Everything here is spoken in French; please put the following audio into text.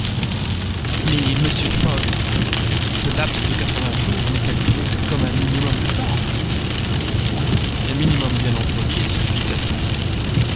mais monsieur fogg ce laps de quatre-vingts jours n'est calculé que comme un minimum de temps un minimum bien employé suffit à tout